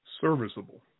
Serviceable